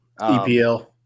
EPL